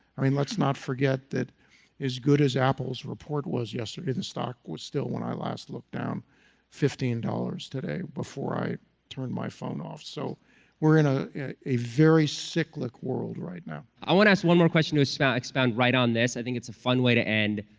i mean let's not forget that as good as apple's report was yesterday, the stock was still when i last looked down fifteen dollars today before i turned my phone off. so we're in ah a very cyclic world right now. i want to ask one more question to expound expound right on this. i think it's a fun way to end.